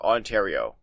Ontario